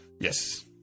Yes